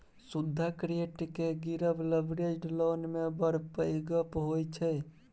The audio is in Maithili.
सुदक रेट केँ गिरब लबरेज्ड लोन मे बड़ पैघ गप्प होइ छै